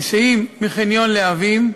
היסעים מחניון להבים,